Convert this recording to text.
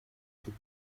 took